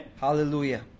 Hallelujah